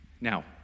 Now